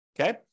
Okay